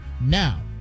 now